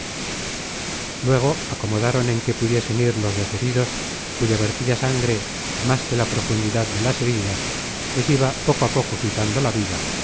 luego acomodaron en qué pudiesen ir los dos heridos cuya vertida sangre más que la profundidad de las heridas les iba poco a poco quitando la vida